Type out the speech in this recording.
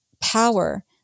power